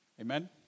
Amen